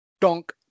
Donk